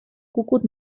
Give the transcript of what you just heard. cucut